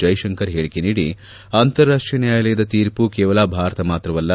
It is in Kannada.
ಜೈಶಂಕರ್ ಹೇಳಕೆ ನೀಡಿ ಅಂತಾರಾಷ್ಷೀಯ ನ್ಯಾಯಾಲಯದ ತೀರ್ಮ ಕೇವಲ ಭಾರತ ಮಾತ್ರವಲ್ಲ